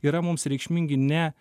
yra mums reikšmingi ne